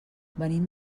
venim